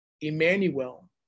Emmanuel